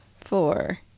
four